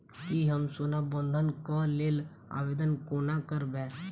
की हम सोना बंधन कऽ लेल आवेदन कोना करबै?